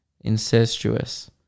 incestuous